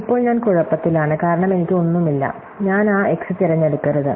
ഇപ്പോൾ ഞാൻ കുഴപ്പത്തിലാണ് കാരണം എനിക്ക് ഒന്നും ഇല്ല ഞാൻ ആ x തിരഞ്ഞെടുക്കരുത്